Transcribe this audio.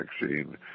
vaccine